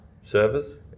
Servers